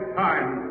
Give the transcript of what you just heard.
time